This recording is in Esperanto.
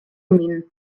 min